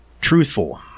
truthful